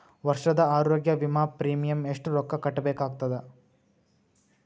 ವರ್ಷದ ಆರೋಗ್ಯ ವಿಮಾ ಪ್ರೀಮಿಯಂ ಎಷ್ಟ ರೊಕ್ಕ ಕಟ್ಟಬೇಕಾಗತದ?